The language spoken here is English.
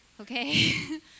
Okay